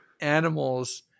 animals